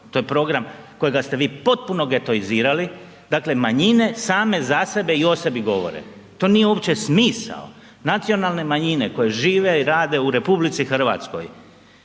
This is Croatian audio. to je program kojega ste vi potpuno getoizirali, dakle manjine same za sebe i o sebi govore, to nije uopće smisao. Nacionalne manjine koje žive i rade u RH imaju